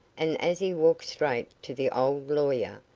and as he walked straight to the old lawyer,